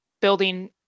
building